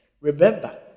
Remember